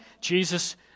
Jesus